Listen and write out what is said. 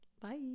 Bye